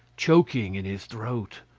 choking in his throat,